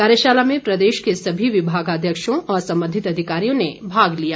कार्यशाला में प्रदेश के सभी विभागाध्यक्षों और संबंधित अधिकारियों ने भाग लिया